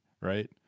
Right